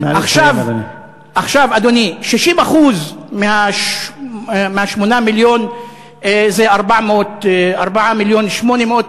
עכשיו, 60% מה-8 מיליון זה 4.8 מיליון.